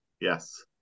Yes